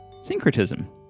Syncretism